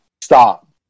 stop